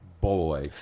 boy